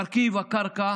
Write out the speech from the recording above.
מרכיב הקרקע